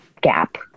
gap